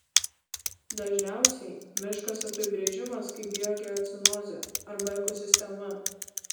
dažniausiai miškas apibrėžimas kaip biogeocenozė arba ekosistema